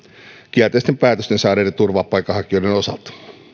kielteisen päätöksen saaneiden turvapaikanhakijoiden osalta